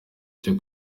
cyo